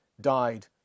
died